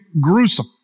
gruesome